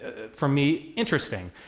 for me, interesting.